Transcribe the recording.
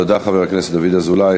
תודה, חבר הכנסת דוד אזולאי.